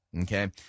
Okay